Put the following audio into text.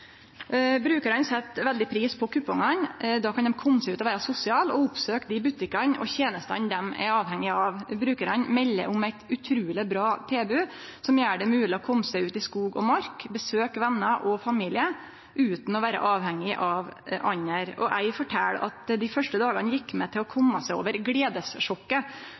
Brukarane set veldig pris på kupongane. Då kan dei kome seg ut og vere sosiale og oppsøkje dei butikkane og tenestene dei er avhengige av. Brukarane melder om eit utruleg bra tilbod som gjer det mogleg å kome seg ut i skog og mark og besøkje vener og familie utan å vere avhengige av andre. Ein fortel at dei første dagane gjekk med til å kome seg over gledessjokket: